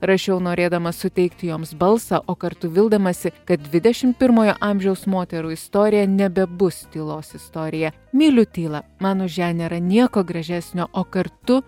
rašiau norėdama suteikti joms balsą o kartu vildamasi kad dvidešim pirmojo amžiaus moterų istorija nebebus tylos istorija myliu tylą man už ją nėra nieko gražesnio o kartu